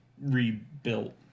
rebuilt